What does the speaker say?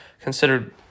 considered